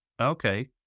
Okay